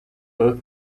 both